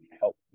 help